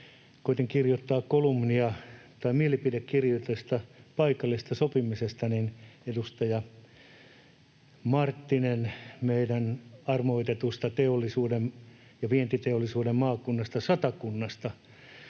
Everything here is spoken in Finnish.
koetin kirjoittaa mielipidekirjoitusta paikallisesta sopimisesta, niin edustaja Marttinen — armoitetusta teollisuuden ja vientiteollisuuden maakunnasta Satakunnasta